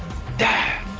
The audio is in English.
die.